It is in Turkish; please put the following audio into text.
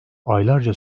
aylarca